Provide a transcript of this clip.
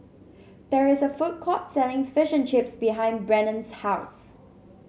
there is a food court selling Fish and Chips behind Brennan's house